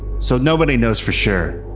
so nobody knows for sure.